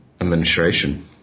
administration